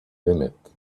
limit